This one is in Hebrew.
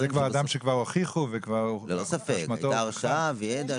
זה אדם שכבר הוכיחו ואשמתו הוכחה.